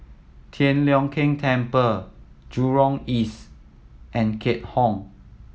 Tian Leong Keng Temple Jurong East and Keat Hong